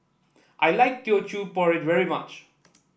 I like Teochew Porridge very much